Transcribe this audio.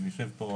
יושב פה